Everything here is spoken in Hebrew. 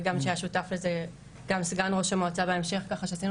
היה שותף לזה גם סגן ראש המועצה בהמשך כשעשינו